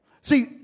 See